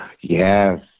Yes